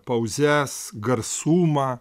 pauzes garsumą